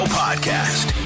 podcast